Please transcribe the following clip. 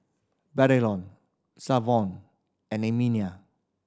Braylon and Emelia